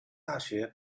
大学